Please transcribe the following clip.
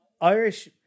Irish